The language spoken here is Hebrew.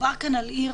מדובר כאן על עיר